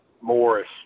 Morris